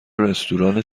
رستوران